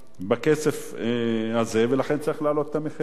בכסף הזה, ולכן צריך להעלות את המחירים.